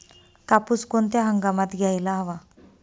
कापूस कोणत्या हंगामात घ्यायला हवा?